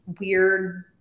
weird